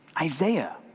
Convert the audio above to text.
Isaiah